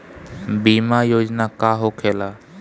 बीमा योजना का होखे ला?